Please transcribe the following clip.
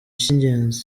cy’ingenzi